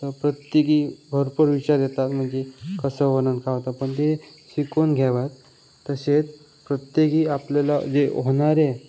तर प्रत्येकी भरपूर विचार येतात म्हणजे कसं होणार पण ते शिकून घ्याव्यात तसे प्रत्येकी आपल्याला जे होणारे